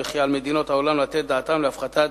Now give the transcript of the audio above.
וכי על מדינות העולם לתת דעתן להפחתת